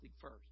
first